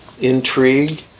intrigue